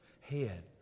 head